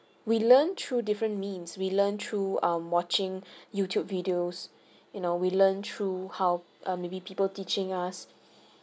we learned through different means we learned through um watching youtube videos you know we learn through how maybe people teaching us